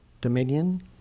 Dominion